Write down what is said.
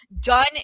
done